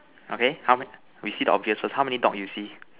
okay how me we say the obvious first how many dog you see